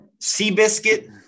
Seabiscuit